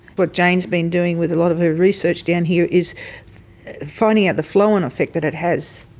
what jayne has been doing with a lot of her research down here is finding out the flow-on effects that it has,